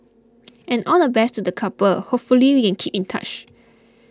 and all the best to the couple hopefully we can keep in touch